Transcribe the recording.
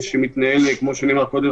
הדוגמה שאמרת,